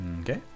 Okay